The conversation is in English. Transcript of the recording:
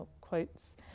quotes